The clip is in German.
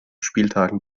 spieltagen